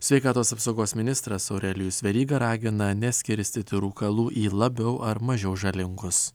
sveikatos apsaugos ministras aurelijus veryga ragina neskirstyti rūkalų į labiau ar mažiau žalingus